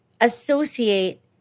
associate